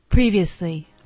Previously